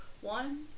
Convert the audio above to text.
one